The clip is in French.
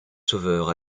sauveur